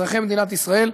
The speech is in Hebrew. אזרחי מדינת ישראל.